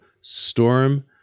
storm